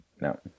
No